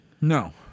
no